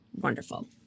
wonderful